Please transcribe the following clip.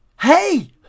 Hey